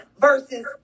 versus